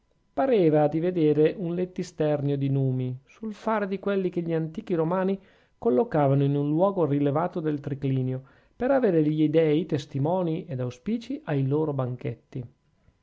pareva di vedere un lettisternio di numi sul fare di quelli che gli antichi romani collocavano in un luogo rilevato del triclinio per avere gli dei testimoni ed auspici ai loro banchetti